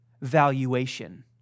Valuation